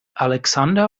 alexander